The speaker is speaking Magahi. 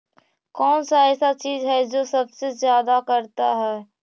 कौन सा ऐसा चीज है जो सबसे ज्यादा करता है?